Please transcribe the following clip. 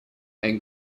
and